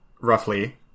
roughly